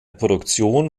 produktion